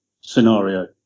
scenario